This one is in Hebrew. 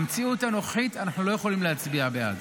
במציאות הנוכחית אנחנו לא יכולים להצביע בעד.